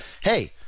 hey